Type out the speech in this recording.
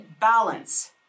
balance